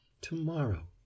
to-morrow